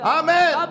amen